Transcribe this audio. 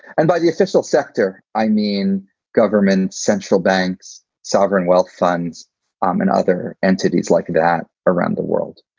and by the official sector, i mean governments, central banks, sovereign wealth funds um and other entities like that around the world.